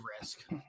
risk